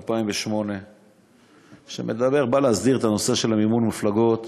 2008 חוק שבא להסדיר את נושא מימון המפלגות